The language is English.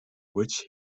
which